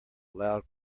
loud